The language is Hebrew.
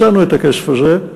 מצאנו את הכסף הזה,